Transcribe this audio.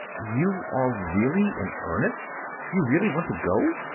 you are really in earnest you really want to go?